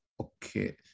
Okay